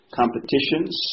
competitions